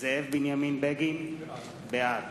זאב בנימין בגין, בעד